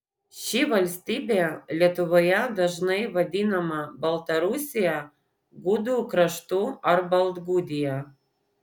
ši valstybė lietuvoje dažnai vadinama baltarusija gudų kraštu ar baltgudija